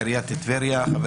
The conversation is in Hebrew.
עיריית טבריה.